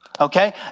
Okay